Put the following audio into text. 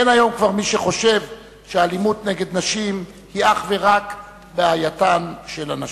אין היום כבר מי שחושב שאלימות נגד נשים היא אך ורק בעייתן של הנשים.